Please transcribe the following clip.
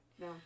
no